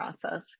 process